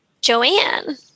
Joanne